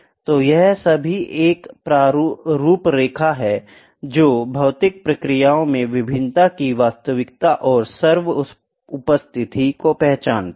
तो यह सभी एक रूपरेखा है जो भौतिक प्रक्रियाओं में भिन्नता की वास्तविकता और सर्व उपस्थिति को पहचानती है